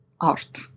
art